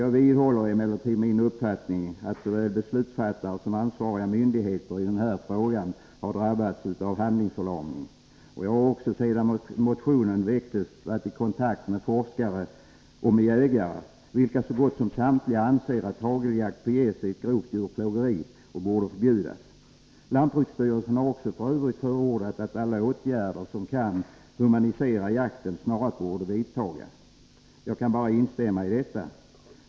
Jag vidhåller emellertid min uppfattning att såväl beslutsfattare som ansvariga myndigheter i den här frågan har drabbats av en handlingsförlamning. Jag har också sedan motionen väcktes varit i kontakt med forskare och jägare, vilka så gott som samtliga anser att hageljakt på gäss är grovt djurplågeri och borde förbjudas. Lantbruksstyrelsen har f. ö. förordat att alla åtgärder som kan humanisera jakten snarast borde vidtas. Jag kan bara instämma i detta.